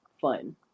fun